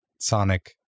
Sonic